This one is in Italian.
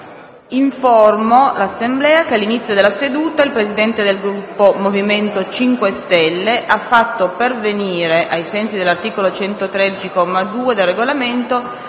Informo l'Assemblea che all'inizio della seduta il Presidente del Gruppo MoVimento 5 Stelle ha fatto pervenire, ai sensi dell'articolo 113, comma 2, del Regolamento,